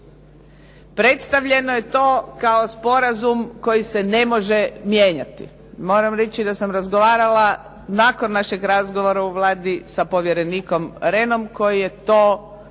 Predstavljeno je to kao sporazum koji se ne može mijenjati. Moram reći da sam razgovarala, nakon našeg razgovora u Vladi, sa povjerenikom Rehnom koji je to potvrdio